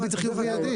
דביט צריך להיות מידי.